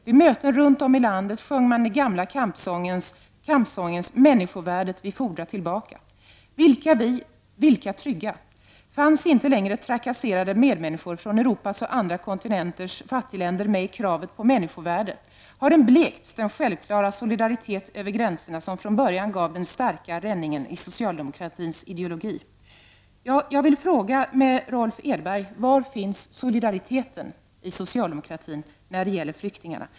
Vid möten runt om i landet sjöng man den gamla kampsångens ”människovärdet vi fordra tillbaka”. Vilka vi? Vi trygga? Fanns inte längre trakasserade medmänniskor från Europas och andra kontinenters fattigländer med i kravet på människovärde? Har den blekts, den självklara solidaritet över gränserna som från början gav den starka ränningen i socialdemokratins ideologi?” när det gäller flyktingarna?